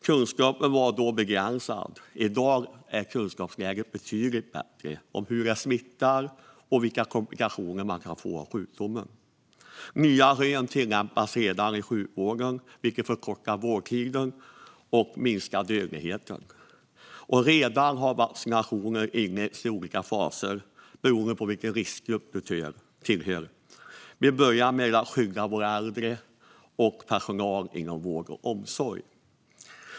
Kunskapen var då begränsad, men i dag är kunskapsläget betydligt bättre gällande hur viruset smittar och vilka komplikationer man kan få av sjukdomen. Nya rön tillämpas redan i sjukvården, vilket förkortar vårdtiden och minskar dödligheten. Vaccinering har redan inletts och sker i olika faser beroende på vilken riskgrupp du tillhör. Vi börjar med att skydda våra äldre och personal inom vård och omsorg.